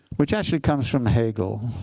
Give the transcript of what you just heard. which actually comes from hegel.